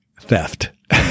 theft